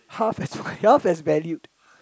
half as half has valued